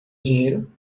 dinheiro